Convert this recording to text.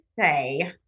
say